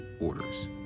orders